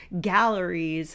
galleries